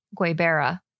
Guaybera